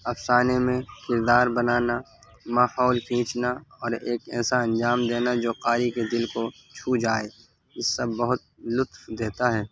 افسانے میں کردار بنانا ماحول کھینچنا اور ایک ایسا انجام دینا جو قاری کے دل کو چھو جائے اس سب بہت لطف دیتا ہے